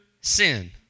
sin